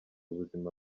ubuzima